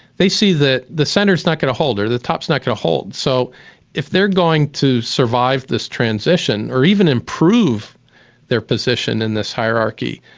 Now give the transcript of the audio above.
they see the the centre's not going to hold, or the top's not going to hold, so if they're going to survive this transition, or even improve their position in this hierarchy,